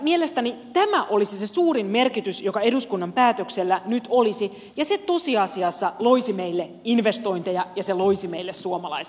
mielestäni tämä olisi se suurin merkitys joka eduskunnan päätöksellä nyt olisi ja se tosiasiassa loisi meille investointeja ja se soisi meille suomalaista työtä